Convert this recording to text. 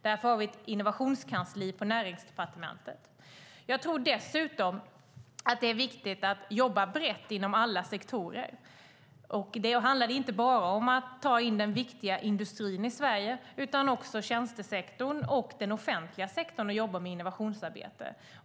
Därför har vi ett innovationskansli på Näringsdepartementet. Jag tror dessutom att det är viktigt att jobba brett inom alla sektorer. Det handlar inte bara om att ta in den viktiga industrin i Sverige, utan också tjänstesektorn och den offentliga sektorn, och jobba med innovationsarbete.